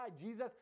Jesus